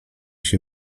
się